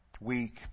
weak